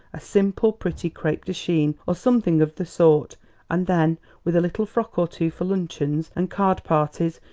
a simple, pretty crepe de chine or something of the sort and then with a little frock or two for luncheons and card parties,